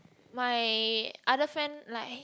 my other friend like